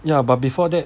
ya but before that